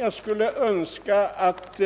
Jag önskar att